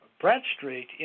Bradstreet